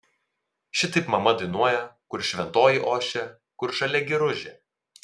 šitaip mama dainuoja kur šventoji ošia kur žalia giružė